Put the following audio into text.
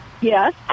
Yes